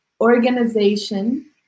organization